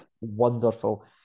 wonderful